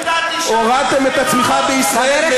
הורדתם את הצמיחה בישראל,